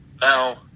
now